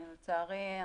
לצערי,